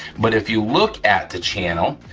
but if you look at the channel,